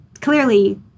clearly